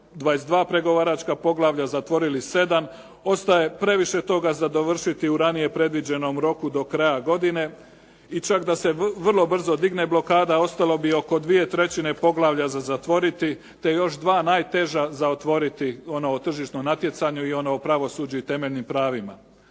22 pregovaračka poglavlja, zatvorili 7, ostaje previše toga za dovršiti u ranije predviđenom roku do kraja godine i čak da se vrlo brzo digne blokada, ostalo bi oko 2/3 poglavlja za zatvoriti te još dva najteža za otvoriti, ono o tržišnom natjecanju i ono o pravosuđu i temeljnim pravima.